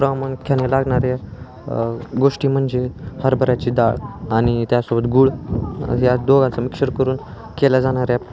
प्रामुख्याने लागणारे गोष्टी म्हणजे हरभऱ्याची डाळ आणि त्यासोबत गुळ या दोघांचं मिक्चर करून केल्या जाणाऱ्या